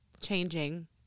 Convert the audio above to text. changing